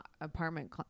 apartment